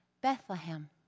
Bethlehem